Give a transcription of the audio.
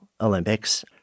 Olympics